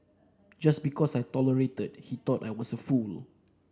just because I tolerated he thought I was a fool